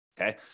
okay